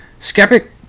Skeptic